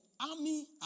army